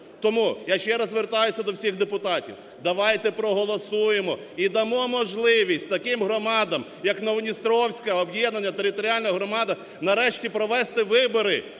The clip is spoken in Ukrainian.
Тому я ще раз звертаюся до всіх депутатів: давайте проголосуємо і дамо можливість таким громадам як Новодністровська об'єднана територіальна громада нарешті провести вибори